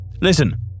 Listen